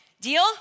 Deal